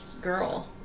girl